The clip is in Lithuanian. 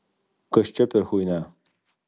kas čia per chuinia